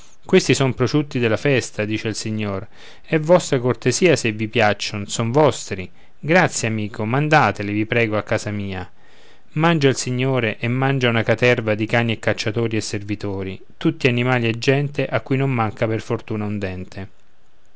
questi sono prosciutti della festa dice il signor è vostra cortesia se vi piaccion son vostri grazie amico mandateli vi prego a casa mia mangia il signore e mangia una caterva di cani e cacciatori e servitori tutti animali e gente a cui non manca per fortuna un dente